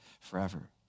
forever